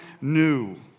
new